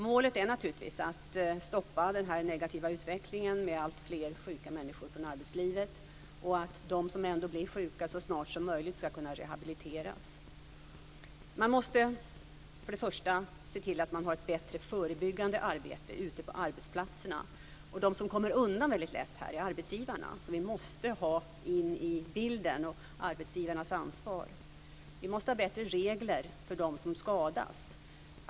Målet är naturligtvis att stoppa den negativa utvecklingen med alltfler sjuka människor i arbetslivet och att de som ändå blir sjuka så snart som möjligt ska kunna rehabiliteras. Man måste först och främst se till att man har ett bättre förebyggande arbete ute på arbetsplatserna. De som kommer undan väldigt lätt här är arbetsgivarna. Arbetsgivarna och deras ansvar måste in i bilden. Man måste ha bättre regler för dem som skadas.